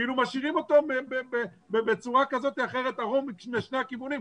כאילו משאירים אותו עירום משני הכיוונים.